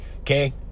okay